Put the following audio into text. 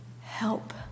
Help